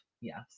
Yes